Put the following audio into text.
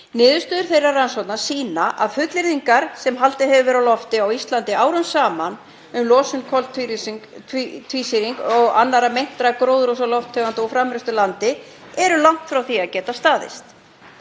Niðurstöður þeirrar rannsóknar sýna að fullyrðingar sem haldið hefur verið á lofti á Íslandi árum saman, um losun koltvísýrings og annarra meintra gróðurhúsalofttegunda úr framræstu landi, eru langt frá því að geta staðist.